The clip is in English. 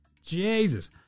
Jesus